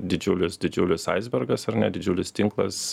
didžiulis didžiulis aisbergas ar ne didžiulis tinklas